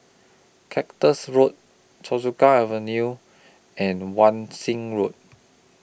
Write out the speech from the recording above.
Cactus Road Choa Chu Kang Avenue and Wan Shih Road